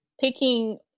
picking